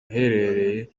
uherereye